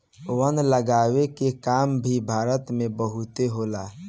वन लगावे के काम भी भारत में बहुते होला